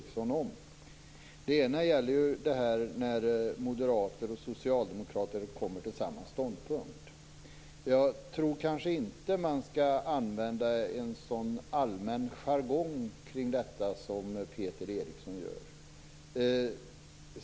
Den ena gäller detta när moderater och socialdemokrater kommer till samma ståndpunkt. Jag tror inte att man skall använda en så allmän jargong kring detta som Peter Eriksson gör.